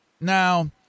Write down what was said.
now